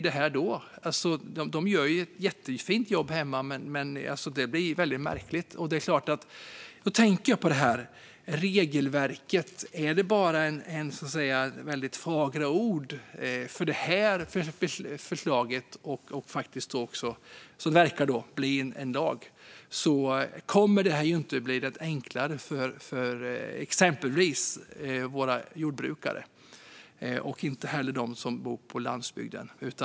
De gör ett jättefint jobb hemma, men det blir väldigt märkligt. Då tänker jag på detta med regelverket. Är det bara fagra ord? Detta förslag, som faktiskt verkar bli en lag, kommer ju inte att göra det enklare för exempelvis våra jordbrukare och inte heller för dem som bor på landsbygden.